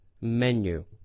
menu